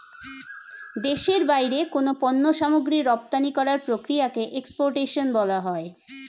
দেশের বাইরে কোনো পণ্য সামগ্রী রপ্তানি করার প্রক্রিয়াকে এক্সপোর্টেশন বলা হয়